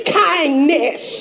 kindness